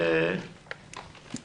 אם תוכלי תביאי לנו קצת נתונים ומספרים,